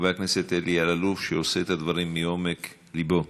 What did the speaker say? חבר הכנסת אלאלוף, שעושה את הדברים מעומק ליבו.